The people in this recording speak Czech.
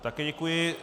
Také děkuji.